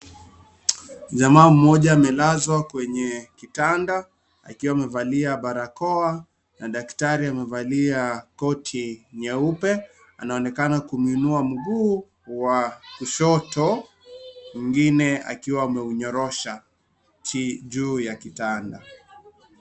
Jamaa mmoja amelazwa kwenye kitanda, akiwa amevalia barakoa na daktari amevalia koti nyeupe. Anaonekana kumuinua mguu wa kushoto, mwingine akiwa ameunyorosha juu ya kitanda.